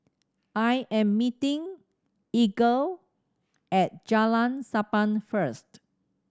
I am meeting Edgar at Jalan Sappan first